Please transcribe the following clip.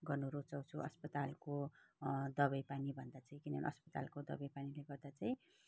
गर्नु रुचाउँछु अस्पतालको दबाई पानी भन्दा चाहिँ किनभने अस्पतालको दबाई पानीले गर्दा चाहिँ